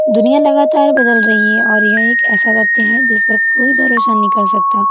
दुनिया लगातार बदल रही है और यह एक ऐसा वक़्त है जिस पर कोई भरोसा नहीं कर सकता